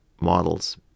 models